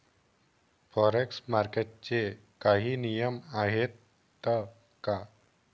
Forex मार्केटचे काही नियम आहेत का?